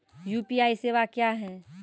UPI सेवा क्या हैं?